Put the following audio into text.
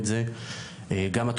אני רוצה להבין גם ממך,